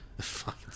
Fuck